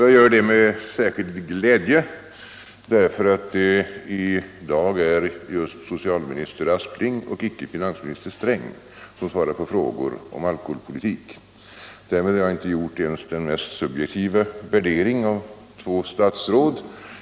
Jag gör det med särskild glädje därför att det i dag är just socialminister Aspling och inte finansminister Sträng som svarar på frågor om alkoholpolitiken. Därmed har jag inte gjort ens den mest subjektiva värdering av två statsråd.